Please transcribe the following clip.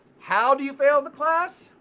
how do you fail the class?